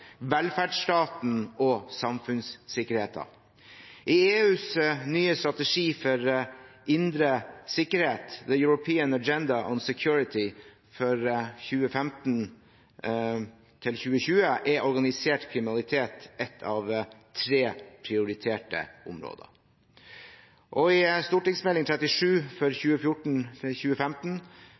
velferdsstaten og samfunnssikkerheten. I EUs nye strategi for indre sikkerhet for 2015–2020, The European Agenda on Security, er organisert kriminalitet et av tre prioriterte områder. I Meld. St. 37 for